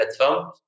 platform